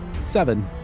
seven